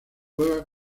juega